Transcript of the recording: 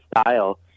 style